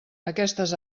aquestes